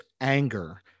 anger